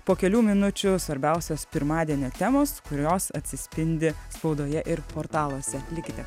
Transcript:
po kelių minučių svarbiausios pirmadienio temos kurios atsispindi spaudoje ir portaluose likite